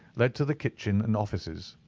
led to the kitchen and offices.